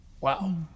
Wow